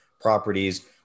properties